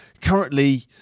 currently